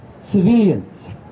civilians